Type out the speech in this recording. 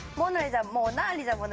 mona lisa, mona lisa.